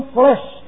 flesh